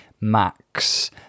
Max